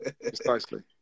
Precisely